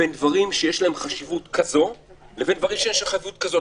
בין דברים שיש להם חשיבות כזו לבין דברים שיש חשיבות כזו.